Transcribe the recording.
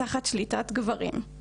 תחת שליטת גברים.